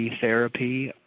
therapy